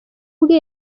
bwe